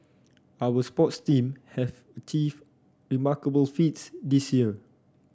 our sports team have achieved remarkable feats this year